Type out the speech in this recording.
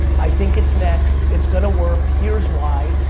i think it's next it's gonna work, here's why,